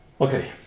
Okay